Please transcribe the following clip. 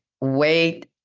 Wait